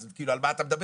אז כאילו על מה אתה מדבר?